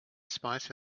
spite